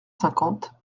cinquante